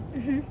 mmhmm